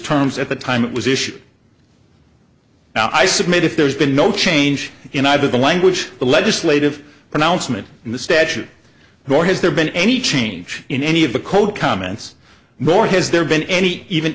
terms at the time it was issued i submit if there's been no change in either the language the legislative announcement in the statute nor has there been any change in any of the code comments more has there been any even